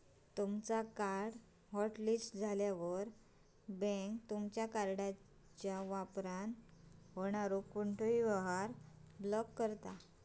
तुमचो card hotlist झाल्यावर, bank तुमचा कार्डच्यो वापरान होणारो कोणतोही व्यवहार ब्लॉक करता